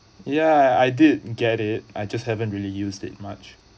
ya I didn't get it I just haven't really use that much